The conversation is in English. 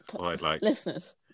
Listeners